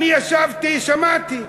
אני ישבתי, שמעתי.